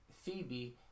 Phoebe